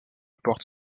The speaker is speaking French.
porte